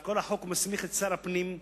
אז כל החוק מסמיך את שר הפנים,